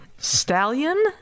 Stallion